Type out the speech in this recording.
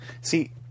See